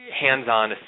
hands-on